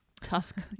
tusk